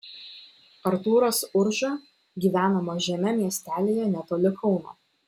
artūras urža gyvena mažame miestelyje netoli kauno